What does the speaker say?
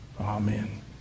Amen